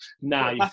Now